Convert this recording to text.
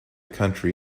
country